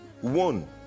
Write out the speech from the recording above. one